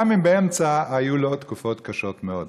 גם אם באמצע היו לו תקופות קשות מאוד.